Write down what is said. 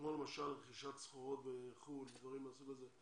כמו למשל רכישת סחורות בחוץ לארץ ודברים מהסוג הזה?